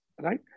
right